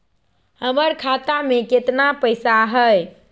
हमर खाता में केतना पैसा हई?